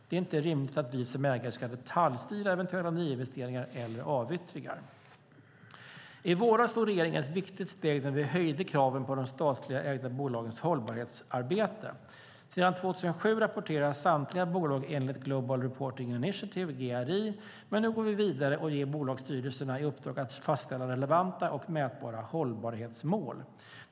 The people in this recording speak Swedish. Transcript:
Det är inte rimligt att vi som ägare ska detaljstyra eventuella nyinvesteringar eller avyttringar. I våras tog regeringen ett viktigt steg när vi höjde kraven på de statligt ägda bolagens hållbarhetsarbete. Sedan 2007 rapporterar samtliga bolag enligt Global Reporting Initiative, GRI, men nu går vi vidare och ger bolagsstyrelserna i uppdrag att fastställa relevanta och mätbara hållbarhetsmål.